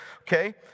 Okay